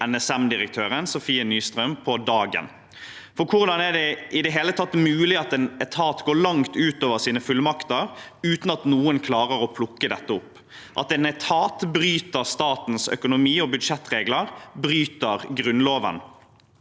NSM-direktøren, Sofie Nystrøm, på dagen. For hvordan er det i det hele tatt mulig at en etat går langt utover sine fullmakter uten at noen klarer å plukke det opp, at en etat bryter statens økonomi- og budsjettregler, bryter Grunnloven?